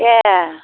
एह